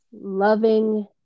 loving